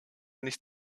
nicht